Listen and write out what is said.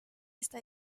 esta